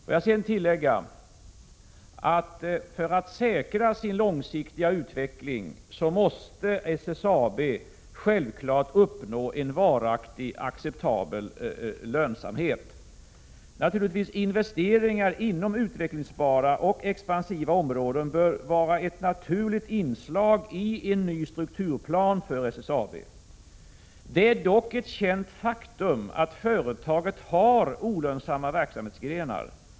Får jag sedan tillägga att SSAB för att säkra sin långsiktiga utveckling självfallet måste uppnå en varaktig och acceptabel lönsamhet. Naturligtvis bör investeringar inom utvecklingsbara och expansiva områden vara ett naturligt inslag i den nya strukturplanen för SSAB. Det är dock ett känt faktum att företaget har olönsamma verksamhetsgrenar.